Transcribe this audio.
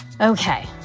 Okay